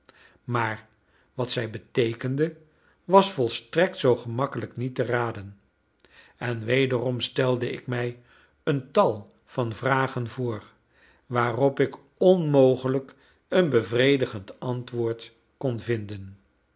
maar wat zij beteekenden was volstrekt zoo gemakkelijk niet te raden en wederom stelde ik mij een tal van vragen voor waarop ik onmogelijk een bevredigend antwoord kon vinden